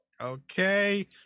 Okay